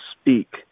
speak